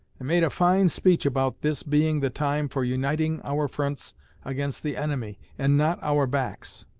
and made a fine speech about this being the time for uniting our fronts against the enemy, and not our backs.